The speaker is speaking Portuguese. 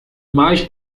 mais